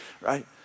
right